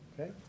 Okay